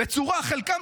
חלקם